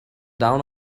down